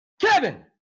Kevin